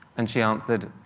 and she answered,